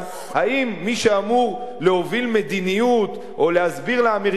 האם מי שאמור להוביל מדיניות או להסביר לאמריקנים